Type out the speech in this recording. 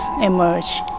emerge